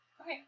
Okay